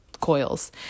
coils